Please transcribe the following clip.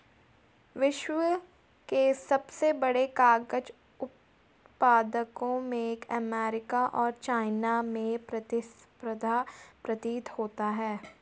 विश्व के सबसे बड़े कागज उत्पादकों में अमेरिका और चाइना में प्रतिस्पर्धा प्रतीत होता है